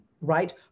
right